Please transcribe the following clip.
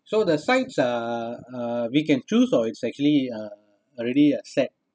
so the sides uh uh we can choose or it's actually uh already a set